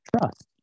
trust